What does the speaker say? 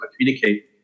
communicate